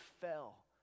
fell